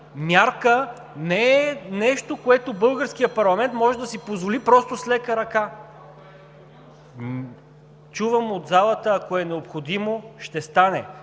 мярка не е нещо, което българският парламент може да си позволи просто с лека ръка! (Реплика.) Чувам от залата: „Ако е необходимо, ще стане.“